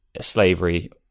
slavery